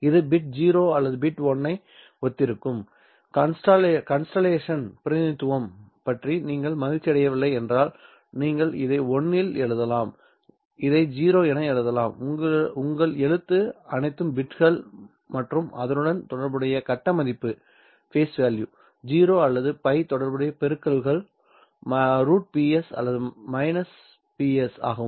இது bit bit 1 உடன் ஒத்திருக்கும் கன்ஸ்டல்லேஷன் பிரதிநிதித்துவம் பற்றி நீங்கள் மகிழ்ச்சியடையவில்லை என்றால் நீங்கள் இதை 1 இல் எழுதலாம் இதை 0 என எழுதலாம் உங்கள் எழுத்து அனைத்தும் பிட்கள் மற்றும் அதனுடன் தொடர்புடைய கட்ட மதிப்பு 0 அல்லது π தொடர்புடைய பெருக்கங்கள் √Ps அல்லது -Ps ஆகும்